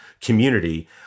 community